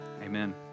Amen